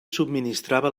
subministrava